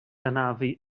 hanafu